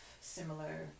similar